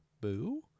Boo